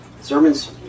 sermons